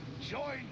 Join